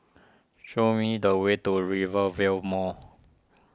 show me the way to Rivervale Mall